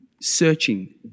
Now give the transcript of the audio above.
searching